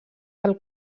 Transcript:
del